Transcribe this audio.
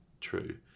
true